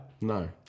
No